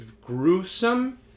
gruesome